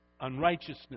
unrighteousness